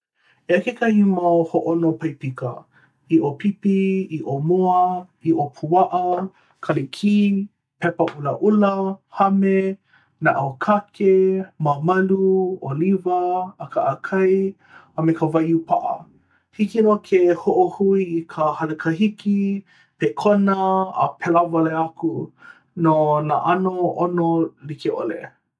Eia kekahi mau mea hōʻono paipika: ʻiʻo pipi, ʻiʻo moa, ʻiʻo puaʻa, kalikī, pepa ʻulaʻula, hame, naʻau kake, māmalu, ʻōliwa, ʻākaʻakai, a me ka waiū paʻa. Hiki nō ke hoʻohui i ka halakahiki, pekona, a pēlā wale aku no nā ʻano ʻono like ʻole.